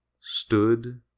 stood